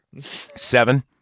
Seven